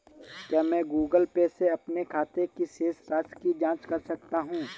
क्या मैं Google Pay से अपने खाते की शेष राशि की जाँच कर सकता हूँ?